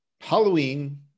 Halloween